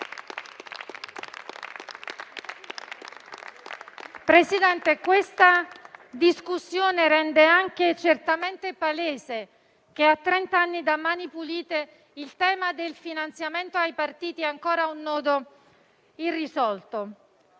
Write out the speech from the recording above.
Presidente, questa discussione rende certamente anche palese che, a trent'anni da "Mani pulite", il tema del finanziamento ai partiti è ancora un nodo irrisolto.